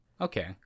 okay